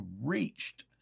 reached